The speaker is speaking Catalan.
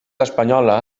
espanyola